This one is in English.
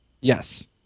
Yes